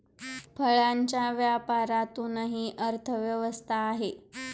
फळांच्या व्यापारातूनही अर्थव्यवस्था आहे